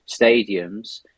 stadiums